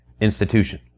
institution